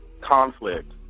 conflict